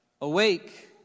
Awake